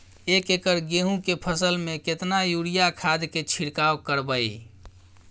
एक एकर गेहूँ के फसल में केतना यूरिया खाद के छिरकाव करबैई?